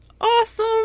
awesome